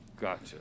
gotcha